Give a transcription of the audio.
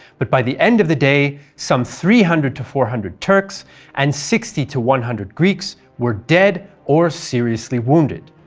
but by the end of the day some three hundred to four hundred turks and sixty to one hundred greeks were dead or seriously wounded.